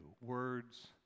Words